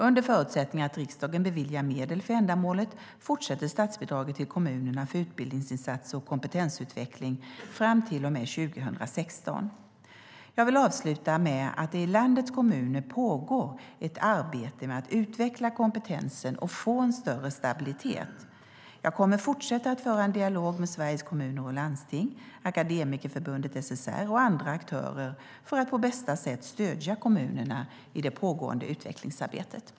Under förutsättning att riksdagen beviljar medel för ändamålet fortsätter statsbidraget till kommunerna för utbildningsinsatser och kompetensutveckling fram till och med 2016. Jag vill avsluta med att säga att det i landets kommuner pågår ett arbete med att utveckla kompetensen och få en större stabilitet. Jag kommer att fortsätta att föra en dialog med Sveriges Kommuner och Landsting, Akademikerförbundet SSR och andra aktörer för att på bästa sätt stödja kommunerna i det pågående utvecklingsarbetet.